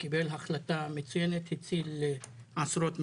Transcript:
הוא קיבל החלטה מצוינת, הציל עשרות משפחות.